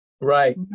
right